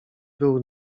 był